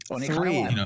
Three